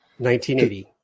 1980